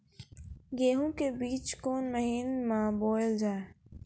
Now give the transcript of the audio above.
गेहूँ के बीच कोन महीन मे बोएल जाए?